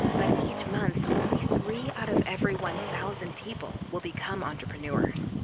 but each month only three out of every one thousand people will become entrepreneurs.